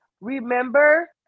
Remember